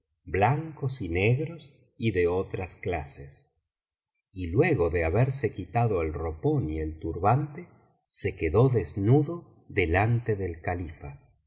blancos y negros y de otras clases y luego de haberse quitado el ropón y el turbante se quedó desnudo delante del califa